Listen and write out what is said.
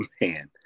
man